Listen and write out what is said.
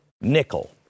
nickel